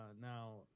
Now